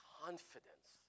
confidence